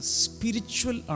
spiritual